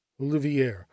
olivier